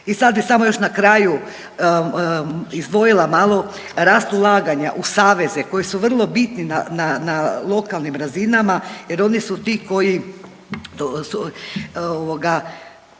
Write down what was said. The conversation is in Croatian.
I sad bih samo još na kraju izdvojila malo rast ulaganja u saveze koji su vrlo bitni na lokalnim razinama, jer oni su ti koji